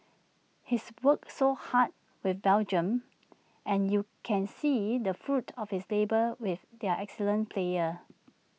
he's worked so much with Belgium and you can see the fruits of his labour with their excellent players